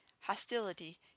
hostility